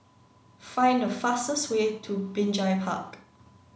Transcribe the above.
find the fastest way to Binjai Park